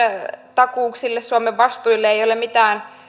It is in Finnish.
takauksille suomen vastuille ei ei ole mitään